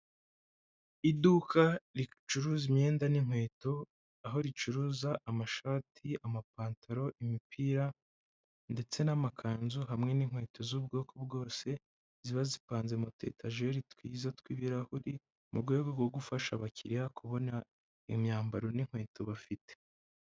Iduka ricuruza imyenda n'inkweto aho ricuruza amashati, amapantaro, imipira ndetse n'amakanzu hamwe ninkweto z'ubwoko bwose ziba zipanze mu tuetajeri twiza tw'ibirahure mu rwego rwo gufasha abakiriya kubona imyambaro n'inkweto bafite.